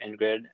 ingrid